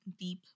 deep